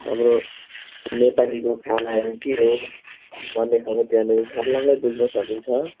हाम्रो नेपालीको खानाहरू के हो भन्ने खाल्को त्यहाँनिर छर्लङ्गै बुझ्न सकिन्छ